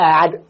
add